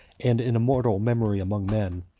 and an immortal memory among men.